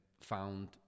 found